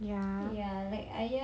ya